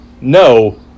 no